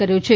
કર્યો છે